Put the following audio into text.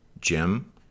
Jim